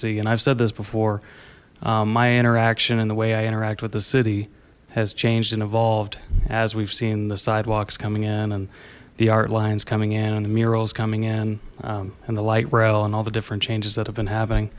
see and i've said this before my interaction and the way i interact with the city has changed and evolved as we've seen the sidewalks coming in and the art lines coming in and the murals coming in and the light rail and all the different changes that have been having